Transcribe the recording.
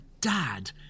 dad